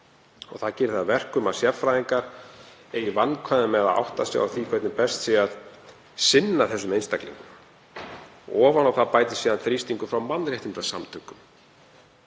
Það geri það að verkum að sérfræðingar eigi í vandræðum með að átta sig á því hvernig best sé að sinna þessum einstaklingum. Ofan á það bætist síðan þrýstingur frá mannréttindasamtökum.